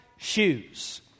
shoes